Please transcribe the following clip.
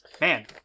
Man